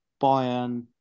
Bayern